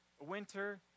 winter